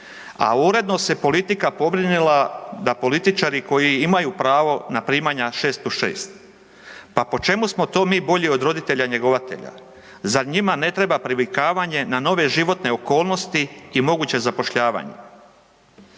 a uredno se politika pobrinila da političari koji imaju pravo na primanja 6+6. Pa po čemu smo to mi bolji od roditelja njegovatelja? Zar njima ne treba privikavanje na nove životne okolnosti i moguće zapošljavanje?